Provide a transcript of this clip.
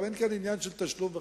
גם אין פה עניין של תשלום וכדומה.